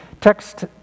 Text